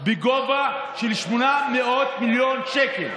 בגובה 800 מיליון שקל.